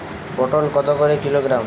পটল কত করে কিলোগ্রাম?